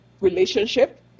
relationship